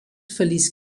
verließ